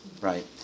right